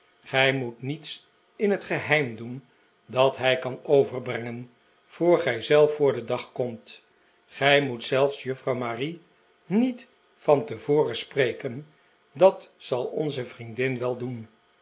gij moet niets in het geheim doen dat hij kan overbrengen voor gij zelf voor den dag komt gij moet zelfs juffrouw marie niet van tevoren spreken dat zal onze vriendin wel doen